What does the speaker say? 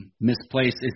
Misplaced